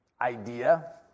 idea